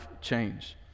change